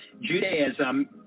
Judaism